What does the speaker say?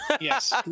Yes